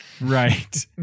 Right